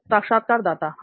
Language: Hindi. साक्षात्कारदाता हां